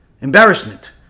embarrassment